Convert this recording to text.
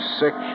sick